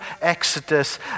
Exodus